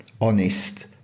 honest